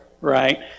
right